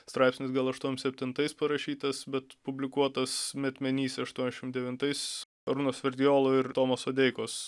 straipsnis gal aštuoniasdešimt septintais parašytas bet publikuotas metmenyse aštuoniasdešimt devintais arūno sverdiolo ir tomo sodeikos